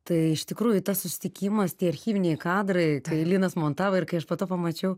tai iš tikrųjų tas susitikimas tie archyviniai kadrai kai linas montavo ir kai aš po to pamačiau